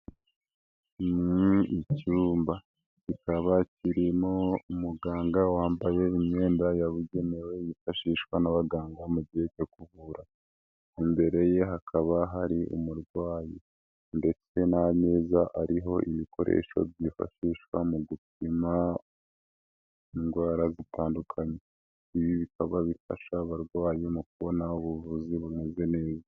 Ni icyumba kikaba kirimo umuganga wambaye imyenda yabugenewe yifashishwa n'abaganga mu gihe cyo kuvura. Imbere ye hakaba hari umurwayi ndetse n'ameza ariho ibikoresho byifashishwa mu gupima indwara zitandukanye. Ibi bikorwa bifasha abarwayi mu kubona ubuvuzi bumeze neza.